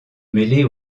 mêler